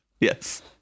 Yes